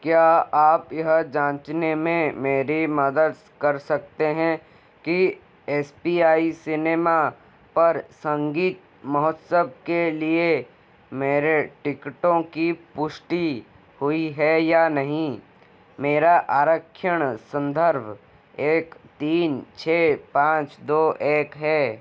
क्या आप यह जाँचने में मेरी मदद कर सकते हैं कि एस पी आई सिनेमा पर संगीत महोत्सव के लिए मेरे टिकटों की पुष्टि हुई है या नहीं मेरा आरक्षण संदर्भ एक तीन छः पाँच दो एक है